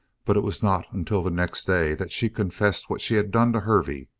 but it was not until the next day that she confessed what she had done to hervey.